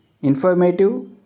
informative